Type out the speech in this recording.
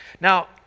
Now